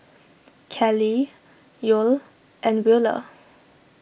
Kellie Yoel and Wheeler